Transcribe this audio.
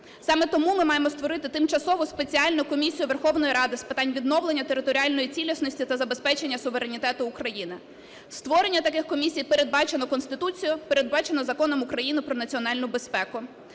Саме тому ми маємо створити тимчасову спеціальну комісію Верховної Ради з питань відновлення територіальної цілісності та забезпечення суверенітету України. Створення таких комісій передбачено Конституцією, передбачено Законом України "Про національну безпеку".